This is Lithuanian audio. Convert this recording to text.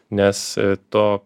nes to